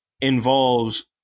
involves